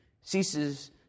ceases